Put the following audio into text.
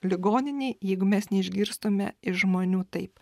ligoninėj jeigu mes neišgirstume iš žmonių taip